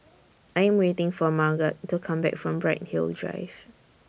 I Am waiting For Marget to Come Back from Bright Hill Drive